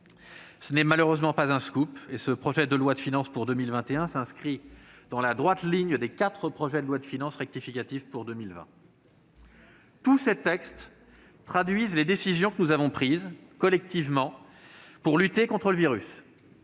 Ce n'est malheureusement pas un scoop et ce projet de loi de finances pour 2021 s'inscrit dans la droite ligne des quatre projets de loi de finances rectificative pour 2020. Tous ces textes traduisent les décisions que nous avons prises collectivement pour lutter contre le virus.